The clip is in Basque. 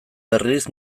berriz